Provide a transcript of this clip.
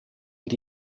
und